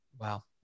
Wow